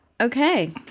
Okay